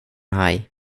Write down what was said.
haj